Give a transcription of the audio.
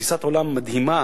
ותפיסת עולם מדהימה,